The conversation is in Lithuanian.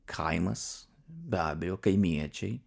kaimas be abejo kaimiečiai